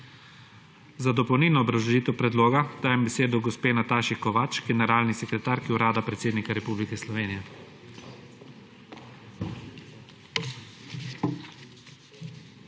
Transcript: Za dopolnilno obrazložitev predloga dajem besedo gospa Nataši Kovač, generalni sekretarki Urada predsednika Republike Slovenije.